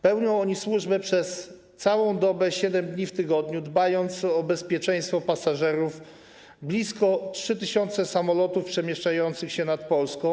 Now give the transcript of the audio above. Pełnią oni służbę przez całą dobę, 7 dni w tygodniu, dbając o bezpieczeństwo pasażerów blisko 3 tys. samolotów przemieszczających się nad Polską.